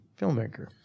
filmmaker